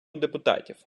депутатів